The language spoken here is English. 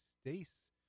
Stace